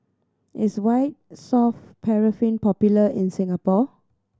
is White Soft Paraffin popular in Singapore